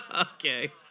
Okay